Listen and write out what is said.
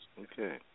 Okay